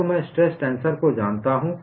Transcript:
अब मैं stress tensor को जानता हूं